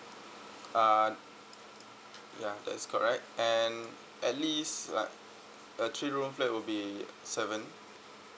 uh ya that's correct and at least like a three room flat will be seven